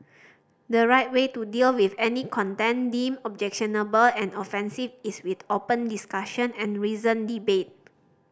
the right way to deal with any content deemed objectionable and offensive is with open discussion and reasoned debate